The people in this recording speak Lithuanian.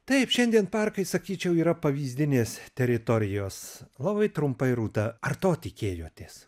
taip šiandien parkai sakyčiau yra pavyzdinės teritorijos labai trumpai rūta ar to tikėjotės